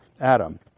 Adam